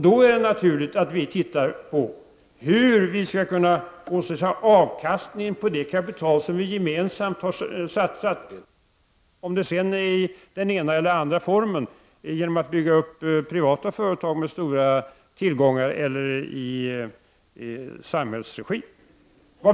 Då är det naturligt att vi ser på hur vi skall kunna få en god avkastning på det gemensamma kapital som vi har satsat, oavsett om det skett i den ena eller andra formen: genom att bygga upp privata företag med stora tillgångar eller i samhällsregi.